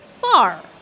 Far